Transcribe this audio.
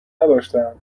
نداشتهاند